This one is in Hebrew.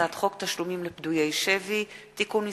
הצעת חוק תשלומים לפדויי שבי (תיקון מס'